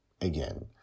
again